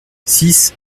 six